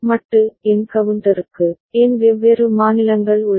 மட்டு என் கவுண்டருக்கு n வெவ்வேறு மாநிலங்கள் உள்ளன